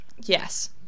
Yes